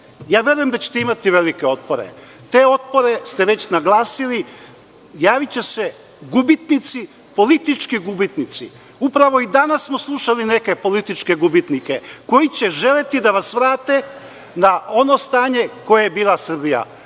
konsenzus. Verujem da ćete imati velike otpore, te otpore ste već naglasiti. Javiće se gubitnici, politički gubitnici. Upravo i danas smo slušali neke političke gubitnike, koji će želeti da vas vrate na ono stanje koje je bila Srbija,